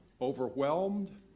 overwhelmed